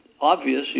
obvious